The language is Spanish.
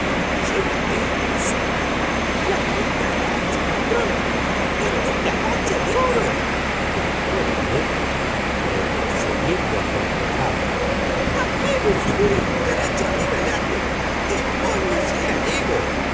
llévate al insecto la cucaracha patrón la cucaracha de oro gritó el negro retrocediendo acongojado pá qué he de subir la cucaracha arriba del árbol demonio si la llevo